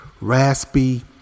raspy